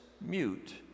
Mute